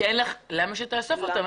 למה שיאספו אותם?